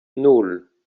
nul